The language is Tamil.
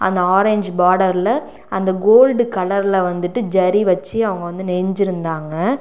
அந்த ஆரஞ்ச் பார்டரில் அந்த கோல்டு கலரில் வந்துவிட்டு ஜரி வச்சு அவங்க வந்து நெஞ்சிருந்தாங்க